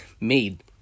made